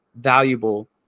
valuable